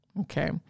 Okay